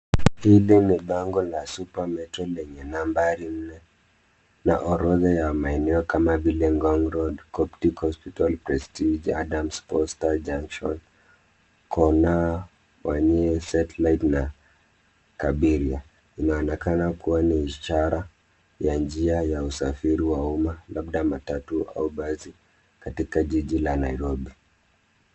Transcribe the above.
Hili ni bango la Super metro lenye nambari lililo na orodha ya maeneo kama vile Ngong road, Koptic hospital prestige, Adams poster junction, Corner, Wani Satellite na Kabiria inaonekana kuwa ni ishara ya njia ya usafiri wa umma labda matatu au basi katika jiji la Nairobi.